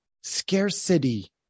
scarcity